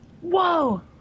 Whoa